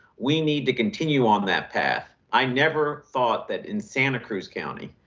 we need to continue on that path. i never thought that in santa cruz county,